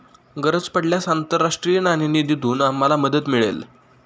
गरज पडल्यास आंतरराष्ट्रीय नाणेनिधीतून आम्हाला मदत मिळेल